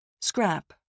Scrap